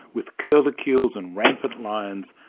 with curlicues and rampant lions,